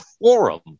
forum